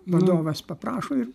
vadovas paprašo ir